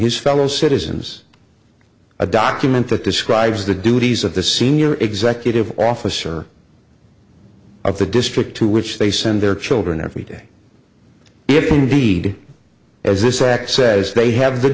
his fellow citizens a document that describes the duties of the senior executive officer of the district to which they send their children every day if indeed as this act says they have the